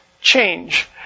change